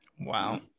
wow